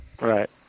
Right